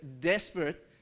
desperate